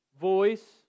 voice